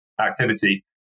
activity